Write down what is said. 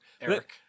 Eric